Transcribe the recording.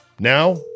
Now